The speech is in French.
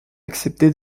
accepté